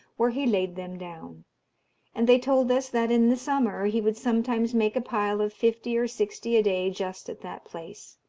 where he laid them down and they told us that in the summer he would sometimes make a pile of fifty or sixty a-day just at that place.